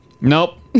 Nope